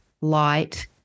light